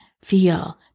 feel